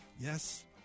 Yes